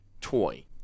toy